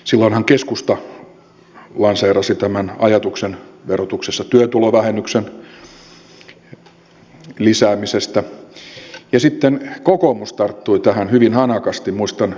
silloinhan keskusta lanseerasi tämän ajatuksen työtulovähennyksen lisäämisestä verotuksessa ja sitten kokoomus tarttui tähän hyvin hanakasti